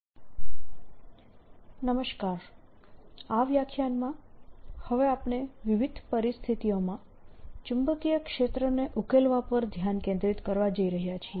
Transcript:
ચુંબકના ચુંબકીય ક્ષેત્ર માટે ઉકેલ I આ વ્યાખ્યાનમાં હવે આપણે વિવિધ પરિસ્થિતિઓમાં ચુંબકીય ક્ષેત્રને ઉકેલવા પર ધ્યાન કેન્દ્રિત કરવા જઈ રહ્યા છીએ